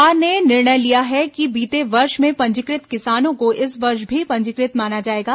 राज्य सरकार ने निर्णय लिया है कि बीते वर्ष में पंजीकृत किसानों को इस वर्ष भी पंजीकृत माना जाएगा